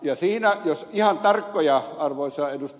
jos ihan tarkkoja arvoisa ed